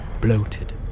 bloated